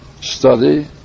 study